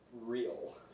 real